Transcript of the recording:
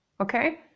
okay